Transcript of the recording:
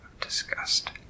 disgust